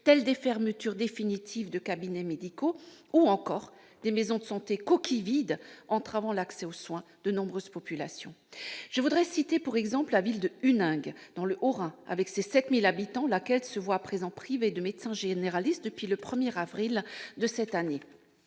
telles des fermetures définitives de cabinets médicaux ou encore de maisons de santé « coquilles vides », entravant l'accès aux soins de nombreuses populations. Je voudrais citer pour exemple la ville de Huningue, dans le Haut-Rhin, comptant 7 000 habitants. Elle se voit privée de médecin généraliste depuis le 1 avril dernier, alors